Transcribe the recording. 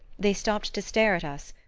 they stopped to stare at us,